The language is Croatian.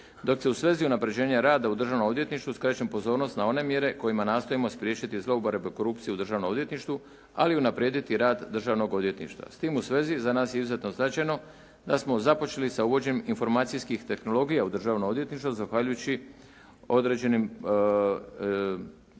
Dok se u svezi unapređenja rada u Državnom odvjetništvu skrećem pozornost na one mjere kojima nastojimo spriječiti zlouporabe korupcije u Državnom odvjetništvu ali i unaprijediti rad Državnog odvjetništva. S tim u svezi za nas je izuzetno značajno da smo započeli sa uvođenjem informacijskih tehnologija u Državno odvjetništvo zahvaljujući određenim